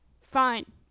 fine